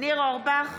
ניר אורבך,